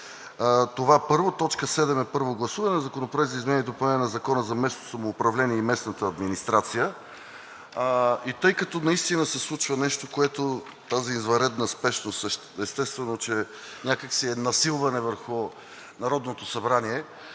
Точка седма е: Първо гласуване на Законопроект за изменение и допълнение на Закона за местното самоуправление и местната администрация. И тъй като наистина се случва нещо, което тази извънредна спешност, естествено, е някак си насилване върху Народното събрание,